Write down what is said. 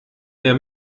mehr